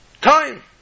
Time